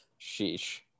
sheesh